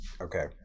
Okay